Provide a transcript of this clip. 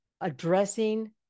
addressing